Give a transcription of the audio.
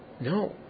No